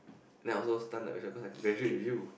then I also stun like vegetable cause I graduate with you